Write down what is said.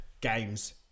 games